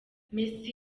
messi